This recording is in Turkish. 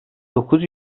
dokuz